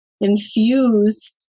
infuse